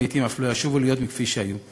ולעתים אף לא ישובו להיות כפי שהיו.